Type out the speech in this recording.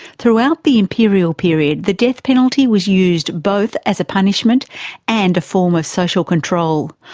throughout the imperial period the death penalty was used both as a punishment and a form of social control.